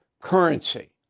currency